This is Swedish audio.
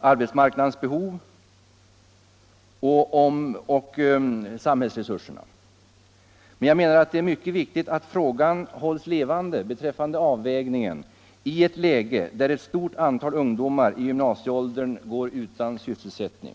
arbetsmarknadens behov och samhällsresurserna. Men jag menar att det är mycket viktigt att frågan om avvägningen hålls levande i ett läge där ett stort antal ungdomar i gymnasieåldern går utan sysselsättning.